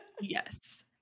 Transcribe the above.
yes